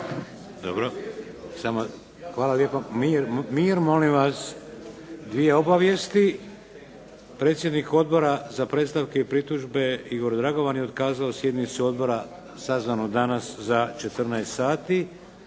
Dobro. Hvala lijepo. Mir, molim vas. Dvije obavijesti. Predsjednik Odbora za predstavke i pritužbe Igor Dragovan je otkazao sjednicu Odbora sazvanu danas za 14 sati